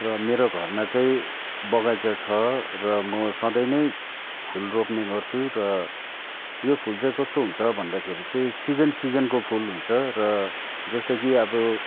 र मेरो घरमा चाहिँ बगैँचा छ र म सधैँ नै फुल रोप्ने गर्छु र यो फुल चाहिँ कस्तो हुन्छ भन्दाखेरि चाहिँ सिजन सिजनको फुल हुन्छ र जस्तै कि अब